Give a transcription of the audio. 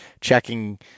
checking